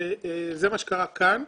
זה מה שקרה כאן.